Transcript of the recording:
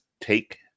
take